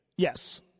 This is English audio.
Yes